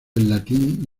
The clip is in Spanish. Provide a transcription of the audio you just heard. latín